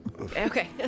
Okay